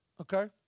Okay